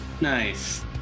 Nice